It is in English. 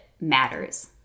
Matters